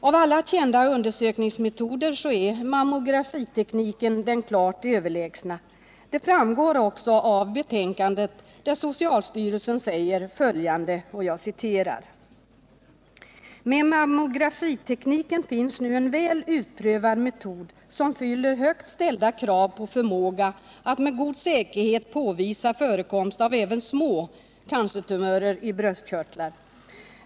Av alla kända undersökningsmetoder är mammografitekniken den klart överlägsna. Det framgår också av socialstyrelsens remissyttrande: ”Med mammografitekniken finns nu en väl utprövad metod som fyller högt ställda krav på förmåga att med god säkerhet påvisa förekomst av även små cancertumörer i bröstkörtlar.